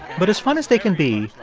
but as fun as they can be,